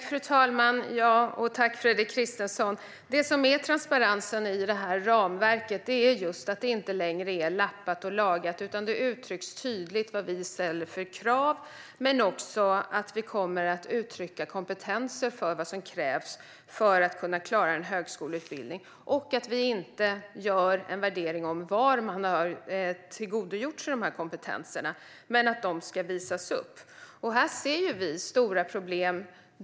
Fru talman! Tack för frågan, Fredrik Christensson! Transparensen i ramverket är just att det inte längre är lappat och lagat, utan det uttrycks tydligt vad vi ställer för krav. Vi kommer också att uttrycka vilka krav som ställs på kompetens för att kunna klara en högskoleutbildning. Vi gör inte någon värdering av var man har tillgodogjort sig kompetenserna, men de ska visas upp. Här ser vi stora problem.